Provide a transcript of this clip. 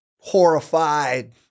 horrified